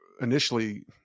initially